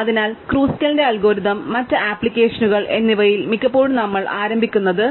അതിനാൽ ക്രുസ്കലിന്റെ അൽഗോരിതം മറ്റ് ആപ്ലിക്കേഷനുകൾ എന്നിവയിൽ മിക്കപ്പോഴും നമ്മൾ ആരംഭിക്കുന്നത്